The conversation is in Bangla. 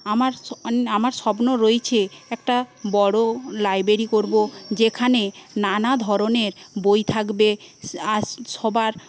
আমার আমার স্বপ্ন রয়েছে একটা বড় লাইব্রেরি করব যেখানে নানা ধরনের বই থাকবে আর সবার